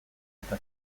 eta